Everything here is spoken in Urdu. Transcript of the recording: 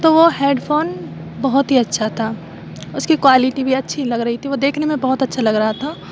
تو وہ ہیڈ فون بہت ہی اچھا تھا اس کی کوالیٹی بھی اچھی لگ رہی تھی وہ دیکھنے میں بہت اچھا لگ رہا تھا